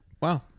Wow